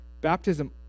Baptism